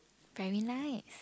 very nice